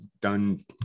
done